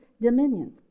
dominion